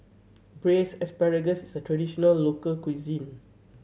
Braised Asparagus is a traditional local cuisine